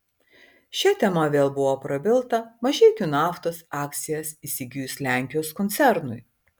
šia tema vėl buvo prabilta mažeikių naftos akcijas įsigijus lenkijos koncernui